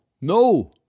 no